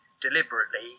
deliberately –